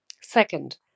Second